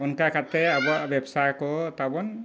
ᱚᱱᱠᱟ ᱠᱟᱛᱮ ᱟᱵᱚᱣᱟᱜ ᱵᱮᱵᱽᱥᱟ ᱠᱚ ᱛᱟᱵᱚᱱ